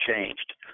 changed